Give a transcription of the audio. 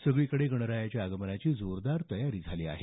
सगळीकडे गणरायाच्या आगमनाची जोरदार तयारी झाली आहे